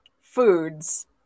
foods